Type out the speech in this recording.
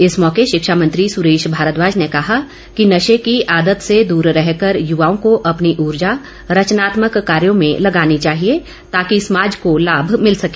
इस मौके शिक्षा मंत्री सुरेश भारद्वाज ने कहा कि नशे की आदत से दूर रहकर युवाओं को अपनी ऊर्जा रचनात्मक कार्यों में लगानी चाहिए ताकि समाज को लाभ मिल सके